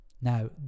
Now